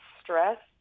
stress